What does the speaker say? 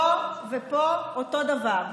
פה ופה, אותו דבר.